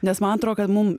nes man atrodo kad mum